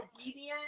obedient